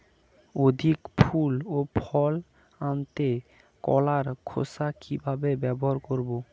অধিক ফুল ও ফল আনতে কলার খোসা কিভাবে ব্যবহার করব?